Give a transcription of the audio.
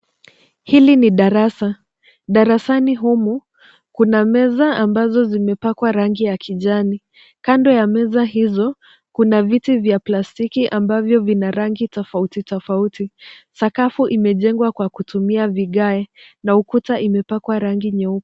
Hili ni darasa, darasani humu kuna meza ambazo zimepakwa rangi ya kijani. Kando ya meza hizo, kuna viti vya plastiki ambavyo vina rangi tofauti, tofauti. Sakafu imejengwa kwa kutumia vigae na ukuta imepakwa rangi nyeupe.